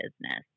business